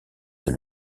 ses